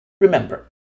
Remember